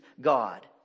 God